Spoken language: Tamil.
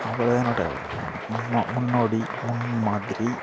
அவர்தான் என்னோட முன் முன்னோடி முன்மாதிரி